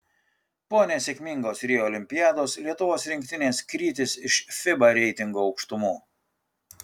po nesėkmingos rio olimpiados lietuvos rinktinės krytis iš fiba reitingo aukštumų